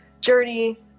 journey